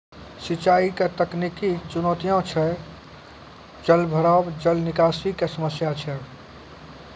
सिंचाई के तकनीकी चुनौतियां छै जलभराव, जल निकासी के समस्या छै